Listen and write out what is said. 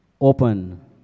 open